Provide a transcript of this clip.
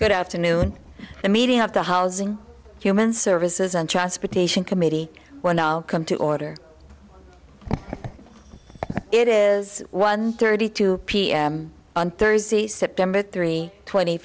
good afternoon the meeting of the housing human services and transportation committee when i come to order it is one thirty two p m on thursday september three twenty